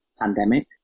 pandemic